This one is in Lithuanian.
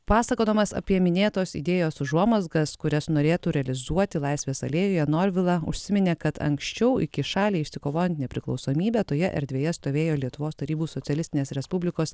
pasakodamas apie minėtos idėjos užuomazgas kurias norėtų realizuoti laisvės alėjoje norvila užsiminė kad anksčiau iki šaliai išsikovojant nepriklausomybę toje erdvėje stovėjo lietuvos tarybų socialistinės respublikos